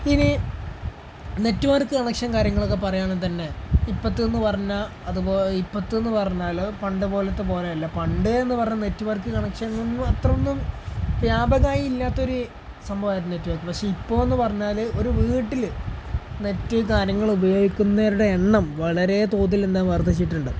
ഇനി നെറ്റ്വർക്ക് കണക്ഷനും കാര്യങ്ങളുമൊക്കെ പറയുകയാണെങ്കില് തന്നെ ഇപ്പോഴത്തേതെന്ന് പറഞ്ഞാല് ഇപ്പോഴത്തേതെന്ന് പറഞ്ഞാല് പണ്ടത്തെപോലെയല്ല പണ്ടെന്ന് പറഞ്ഞാല് നെറ്റ്വർക്ക് കണക്ഷനൊന്നും അത്രയൊന്നും വ്യാപകമായി ഇല്ലാത്തൊരു സംഭവമായിരുന്നു നെറ്റ്വർക്ക് പക്ഷെ ഇപ്പോഴെന്ന് പറഞ്ഞാല് ഒരു വീട്ടില് നെറ്റ് കാര്യങ്ങള് ഉപയോഗിക്കുന്നവരുടെ എണ്ണം വളരെ തോതിൽ എന്താണ് വർദ്ധിച്ചിട്ടുണ്ട്